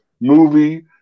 movie